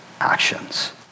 actions